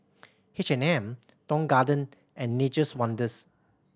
H and M Tong Garden and Nature's Wonders